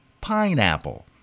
pineapple